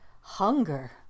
Hunger